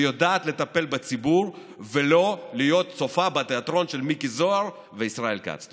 שיודעת לטפל בציבור ולא להיות צופה בתיאטרון של מיקי זוהר וישראל כץ.